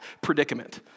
predicament